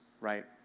right